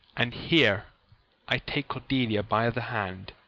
and here i take cordelia by the hand,